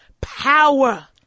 Power